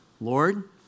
Lord